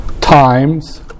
times